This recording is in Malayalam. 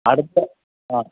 അടുത്ത ആ